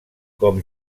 com